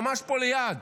ממש פה ליד,